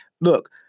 Look